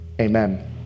Amen